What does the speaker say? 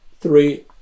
three